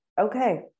okay